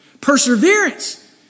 Perseverance